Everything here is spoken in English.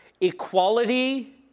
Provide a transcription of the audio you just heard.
Equality